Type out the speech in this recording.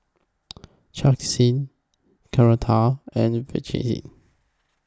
Sachin Koratala and Verghese